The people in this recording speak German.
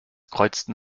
kreuzten